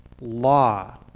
law